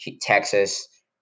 Texas